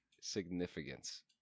significance